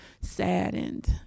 saddened